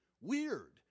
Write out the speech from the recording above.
weird